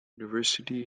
university